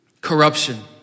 corruption